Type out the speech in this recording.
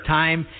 time